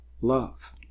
love